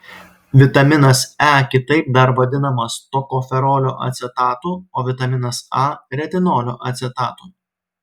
vitaminas e kitaip dar vadinamas tokoferolio acetatu o vitaminas a retinolio acetatu